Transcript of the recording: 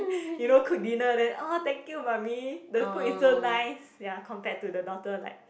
you know cook dinner then orh thank you mummy the food is so nice ya compared to the daughter like